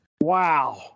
Wow